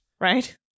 right